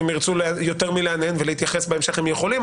אם הם ירצו יותר מלהנהן ולהתייחס בהמשך הם יכולים,